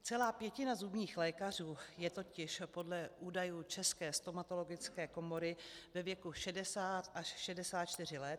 Celá pětina zubních lékařů je totiž podle údajů České stomatologické komory ve věku 60 až 64 let.